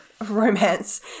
romance